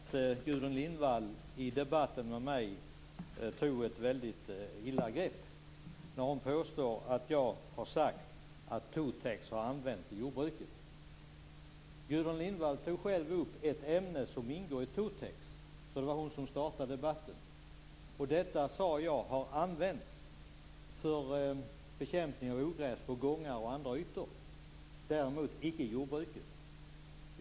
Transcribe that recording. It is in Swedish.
Herr talman! Gudrun Lindvall gick i debatten till angrepp på mig på ett mycket fult sätt. Hon påstod att jag har sagt att Totex har använts inom jordbruket. Gudrun Lindvall tog själv upp ett ämne som ingår i Totex, så det var hon som startade debatten. Vad jag sade var att detta har använts för bekämpning av ogräs på gångar och andra ytor, däremot icke i jordbruket.